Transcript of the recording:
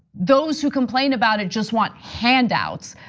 those who complain about it just want handouts.